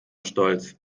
stolz